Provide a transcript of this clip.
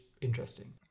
interesting